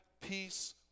peace